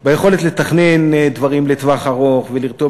ביכולת לתכנן דברים לטווח ארוך ולרתום